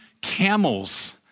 camels